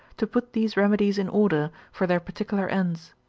to put these remedies in order, for their particular ends.